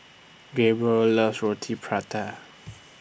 Gabriel loves Roti Prata